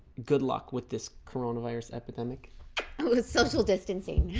good luck with this corona virus epidemic social distancing